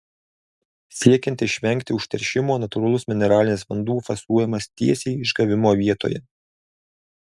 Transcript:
siekiant išvengti užteršimo natūralus mineralinis vanduo fasuojamas tiesiai išgavimo vietoje